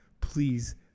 please